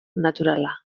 naturala